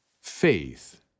faith